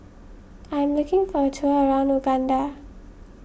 I'm looking for a tour around Uganda